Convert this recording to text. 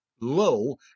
low